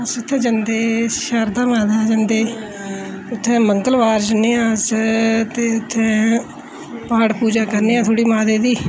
अस उत्थै जंदे शरदा माता दे मंदर जंदे उत्थै मगलबार जन्नें हा अस ते उत्थै पाठ पूजा करने हा थोह्ड़ी माता दी